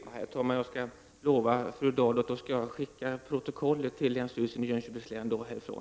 Herr talman! Jag lovar fru Dahl att jag under sådana förhållanden skall skicka protokollet från denna debatt till länsstyrelsen i Jönköpings län.